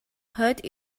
хойд